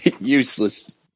Useless